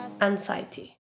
anxiety